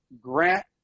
Grant